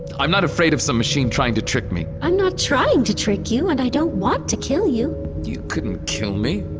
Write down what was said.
i'm not afraid of some machine trying to trick me i'm not trying to trick you and i don't want to kill you you couldn't kill me,